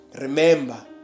Remember